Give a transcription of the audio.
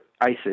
ISIS